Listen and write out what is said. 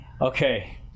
Okay